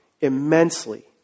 immensely